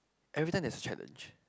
every time there's a challenge